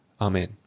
Amen